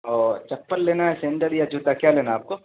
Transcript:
او چپل لینا ہے سینڈل یا جوتا کیا لینا ہے آپ کو